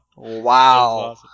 Wow